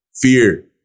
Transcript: fear